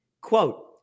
Quote